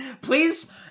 Please